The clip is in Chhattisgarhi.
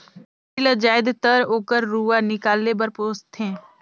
भेड़ी ल जायदतर ओकर रूआ निकाले बर पोस थें